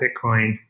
Bitcoin